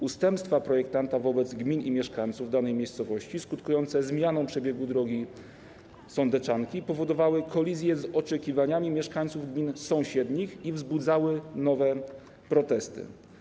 Ustępstwa projektanta wobec gmin i mieszkańców danej miejscowości, skutkujące zmianą przebiegu tej drogi, sądeczanki, powodowały kolizję z oczekiwaniami mieszkańców gmin sąsiednich i wzbudzały nowe protesty.